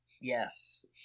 Yes